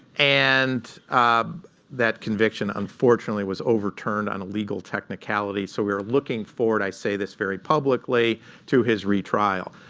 and that conviction, unfortunately, was overturned on a legal technicality. so we're looking forward i say this very publicly to his retrial.